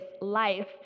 life